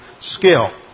skill